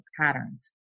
patterns